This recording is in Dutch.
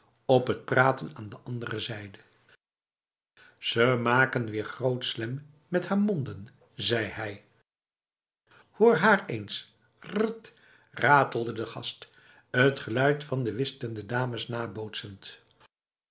op het praten aan de andere zijde ze maken weer groot slem met haar monden zei hij hoor maar eens rrrt ratelde de gast het geluid van de whistende dames nabootsend